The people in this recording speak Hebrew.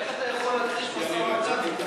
איך אתה יכול, אני אתן,